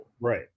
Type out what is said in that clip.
Right